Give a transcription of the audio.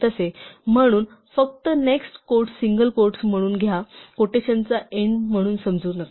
म्हणून फक्त next quotes single quotes म्हणून घ्या क्वोटेशनचा एन्ड म्हणून समजू नका